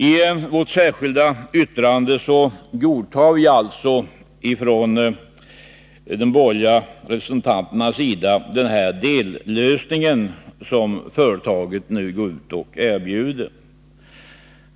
I vårt särskilda yttrande godtar vi borgerliga representanter alltså den dellösning som företaget nu erbjuder.